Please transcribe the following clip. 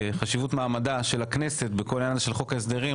חשיבות מעמדה של הכנסת בכל העניין הזה של חוק ההסדרים,